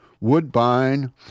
woodbine